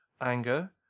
anger